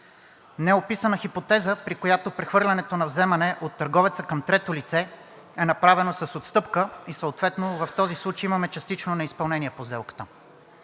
Не е описана хипотеза, при която прехвърлянето на вземане от търговеца към трето лице е направено с отстъпка и съответно в този случай имаме частично неизпълнение по сделката.